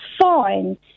fine